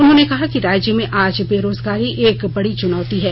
उन्होंने कहा कि राज्य में आज बेरोजगारी एक बड़ी चुनौती है